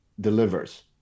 delivers